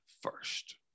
first